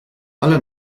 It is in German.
alle